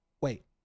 Wait